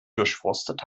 durchforstet